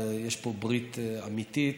ויש פה ברית אמיתית